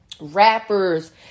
rappers